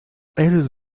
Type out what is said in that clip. alice